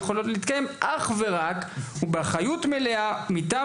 יכולות להתקיים אך ורק באחריות מלאה ומטעם